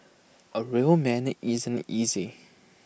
A real man need isn't easy